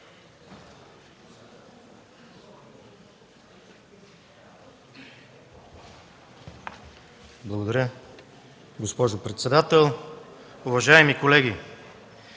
Уважаема госпожо председател, уважаеми колеги,